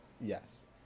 Yes